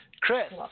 chris